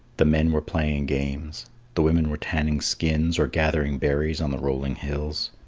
the men were playing games the women were tanning skins or gathering berries on the rolling hills.